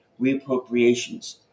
reappropriations